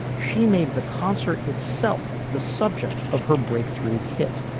she made the concert itself the subject of her breakthrough hit.